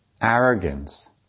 arrogance